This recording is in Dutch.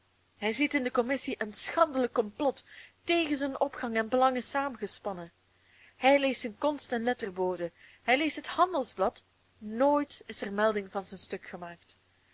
hij ziet in de commissie een schandelijk komplot tegen zijn opgang en belangen saamgespannen hij leest den konst en letterbode hij leest het handelsblad nooit is er melding van zijn stuk gemaakt